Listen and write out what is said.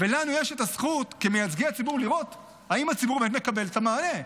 ולנו יש את הזכות כמייצגי הציבור לראות אם הציבור באמת מקבל את המענה,